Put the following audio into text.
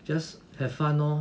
just have fun lor